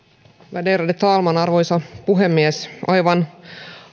värderade talman arvoisa puhemies aivan